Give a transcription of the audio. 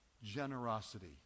generosity